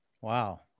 Wow